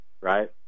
right